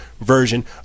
version